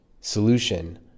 solution